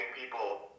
people